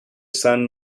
san